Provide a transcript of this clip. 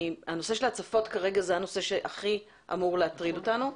הנושא של ההצפות הוא כרגע הנושא שהכי אמור להטריד אותנו,